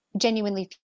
genuinely